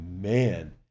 man